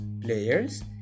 players